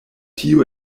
tiu